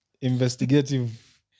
investigative